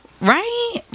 Right